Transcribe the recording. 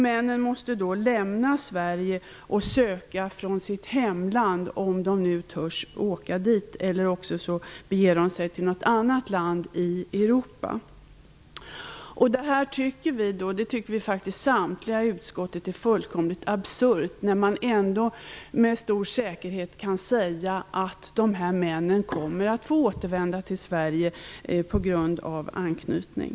Männen måste då lämna Sverige för att göra ansökan från sitt hemland, om de nu törs åka dit, eller bege sig till ett annat land i Europa. Samtliga i utskottet tycker att detta är fullständigt absurt, eftersom man med säkerhet kan säga att dessa män kommer att få återvända till Sverige på grund av anknytning.